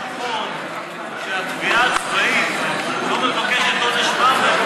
אומר שר הביטחון שהתביעה הצבאית לא מבקשת עונש מוות והוא